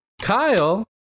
Kyle